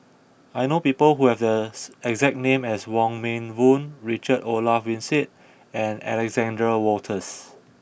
I know people who have the exact name as Wong Meng Voon Richard Olaf Winstedt and Alexander Wolters